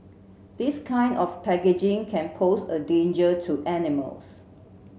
this kind of packaging can pose a danger to animals